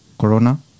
corona